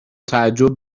تعجب